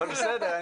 אבל בסדר,